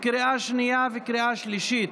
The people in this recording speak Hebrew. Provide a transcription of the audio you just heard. לקריאה שנייה וקריאה שלישית.